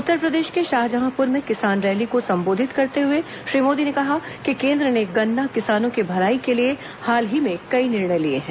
उत्तरप्रदेश कें शाहजहांपुर में किसान रैली को संबोधित करते हुए श्री मोदी ने कहा कि केन्द्र ने गन्ना किसानों की भलाई के लिए हाल ही में कई निर्णय लिए हैं